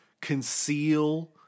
conceal